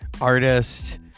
artist